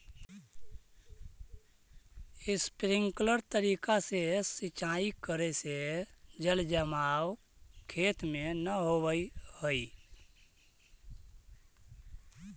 sprinkler तरीका से सिंचाई करे से जल जमाव खेत में न होवऽ हइ